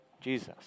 Jesus